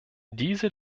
diese